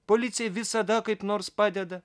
policija visada kaip nors padeda